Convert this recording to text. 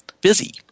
busy